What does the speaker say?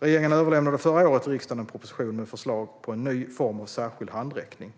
Regeringen överlämnade förra året till riksdagen en proposition med förslag på en ny form av särskild handräckning.